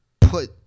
put